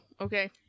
okay